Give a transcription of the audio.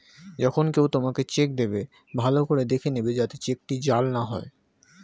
যখন কেউ তোমাকে চেক দেবে, ভালো করে দেখে নেবে যাতে চেকটি জাল না হয়